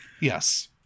Yes